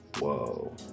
Whoa